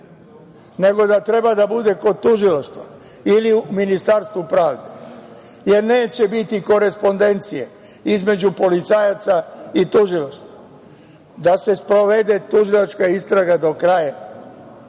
nego da treba da bude kod tužilaštva ili u Ministarstvu pravde, jer neće biti korespodencije između policajaca i tužilaštva, da se sprovede tužilačka istraga do kraja,